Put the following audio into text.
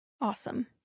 Awesome